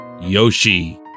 Yoshi